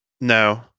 No